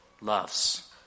loves